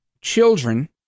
children